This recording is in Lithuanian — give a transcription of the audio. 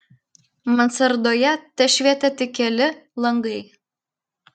mansardoje tešvietė tik keli langai